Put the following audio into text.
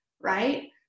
right